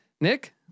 Nick